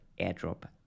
airdrop